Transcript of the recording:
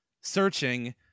searching